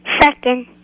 second